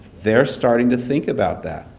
they're starting to think about that.